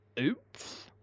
oops